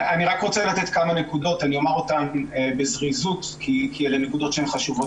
אני רוצה לתת כמה נקודות ואומר אותן בזריזות כי אלה נקודות חשובות.